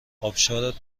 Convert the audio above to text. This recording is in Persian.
آبشارت